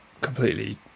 completely